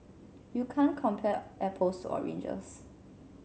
you can't compare apples to oranges